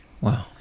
wow